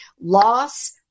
loss